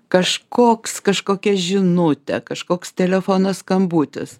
kažkoks kažkokia žinutė kažkoks telefono skambutis